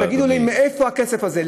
תגידו מאיפה הכסף הזה,